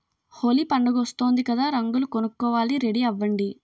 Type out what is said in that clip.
హోలీ పండుగొస్తోంది కదా రంగులు కొనుక్కోవాలి రెడీ అవ్వండి